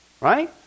right